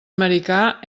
americà